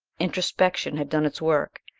introspection had done its work.